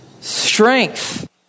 Strength